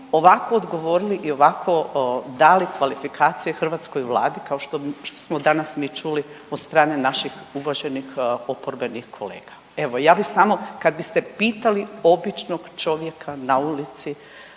ovako odgovorili i ovako dali kvalifikacije hrvatskoj vladi kao što smo danas mi čuli od strane naših uvaženih oporbenih kolega. Evo, ja bi samo kad biste pitali običnog čovjeka na ulici